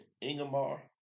Ingemar